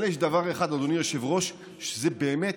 אבל יש דבר אחד, אדוני היושב-ראש, שבאמת